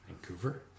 Vancouver